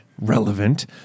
relevant